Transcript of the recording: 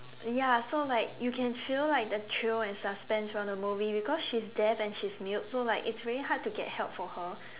ya so like you can feel like the chill and suspense from the movie because she is deaf and she is mute so like it's very hard to get help for her